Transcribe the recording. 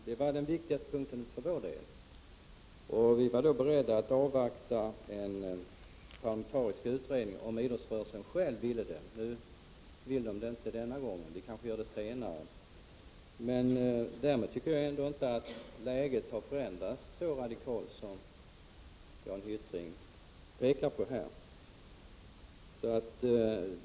Detta var den viktigaste punkten för vår del. Vi var beredda att avvakta en parlamentarisk utredning, om idrottsrörelsen själv ville ha en sådan. Nu ville man inte det denna gång, men kanske senare. Därmed tycker jag ändå inte att läget har förändrats så radikalt som Jan Hyttring pekar på.